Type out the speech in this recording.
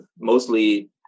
mostly